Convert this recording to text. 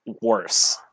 worse